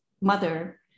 mother